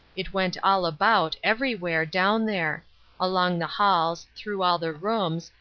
it went all about, everywhere, down there along the halls, through all the rooms,